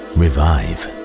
revive